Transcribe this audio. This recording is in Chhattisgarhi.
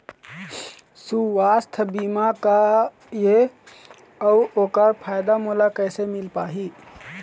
सुवास्थ बीमा का ए अउ ओकर फायदा मोला कैसे मिल पाही?